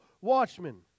watchmen